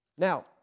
Now